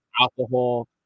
alcohol